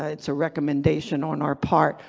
ah it's a recommendation on our part,